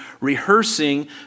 rehearsing